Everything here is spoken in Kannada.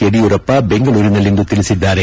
ಯಡಿಯೂರಪ್ಪ ಬೆಂಗಳೂರಿನಲ್ಲಿಂದು ತಿಳಿಸಿದ್ದಾರೆ